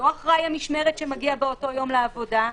לא אחראי המשמרת שמגיע באותו יום לעבודה.